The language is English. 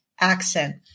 accent